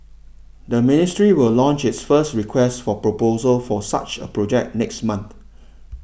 the ministry will launch its first request for proposal for such a project next month